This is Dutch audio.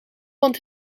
want